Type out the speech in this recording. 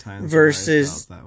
versus